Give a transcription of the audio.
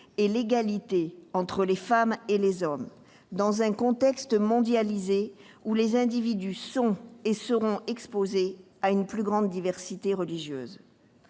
et l'égalité entre les femmes et les hommes, dans un contexte mondialisé où les individus sont et seront exposés à une plus grande diversité religieuse.